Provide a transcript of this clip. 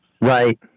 Right